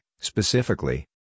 specifically